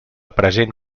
present